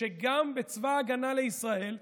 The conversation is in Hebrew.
שגם בצבא ההגנה לישראל,